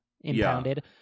impounded